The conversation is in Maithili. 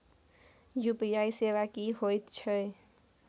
यु.पी.आई सेवा की होयत छै?